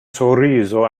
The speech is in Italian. sorriso